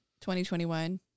2021